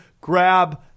grab